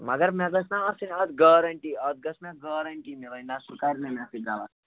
مگر مےٚ گژھِ نا آسٕنۍ اَتھ گارَنٹی اَتھ گٔژھ مےٚ گارَنٹی میلٕنۍ نَہ سُہ کَرِ نہٕ مےٚ سۭتۍ غلط